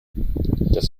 das